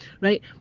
right